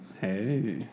Hey